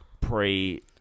Pre